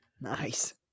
Nice